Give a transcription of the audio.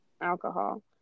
alcohol